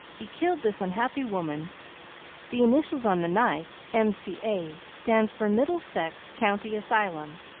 he killed this unhappy woman the initials on the knife, m c a, stand for middlesex county asylum,